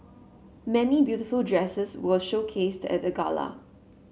many beautiful dresses were showcased at the gala